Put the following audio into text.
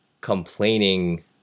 complaining